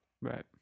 Right